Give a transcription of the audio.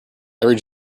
every